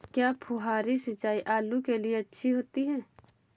क्या फुहारी सिंचाई आलू के लिए अच्छी होती है?